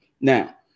Now